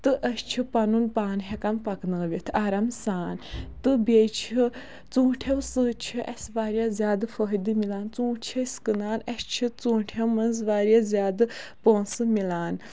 تہٕ أسۍ چھِ پَنُن پان ہٮ۪کان پَکنٲوِتھ آرام سان تہٕ بییہِ چھِ ژوٗٹھِٮ۪و سۭتۍ چھ اسہِ واریاہ زیادٕ فٲیدٕ مِلان ژوٗنٛٹھۍ چھِ أسۍ کٕنان اسہِ چھِ ژوٗنٛٹھِٮ۪و منٛز واریاہ زیادٕ پونٛسہٕ مِلان